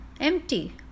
empty